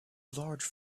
large